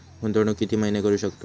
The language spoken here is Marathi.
गुंतवणूक किती महिने करू शकतव?